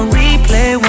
replay